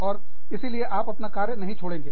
और इसीलिए आप अपना कार्य नहीं छोड़ेंगे